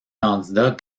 candidats